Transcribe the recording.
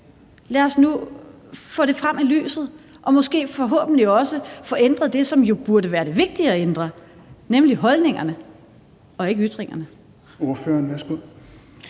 Lad os nu få det frem i lyset og måske forhåbentlig også få ændret det, som jo burde være det vigtige at ændre, nemlig holdningerne og ikke ytringerne. Kl.